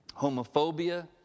Homophobia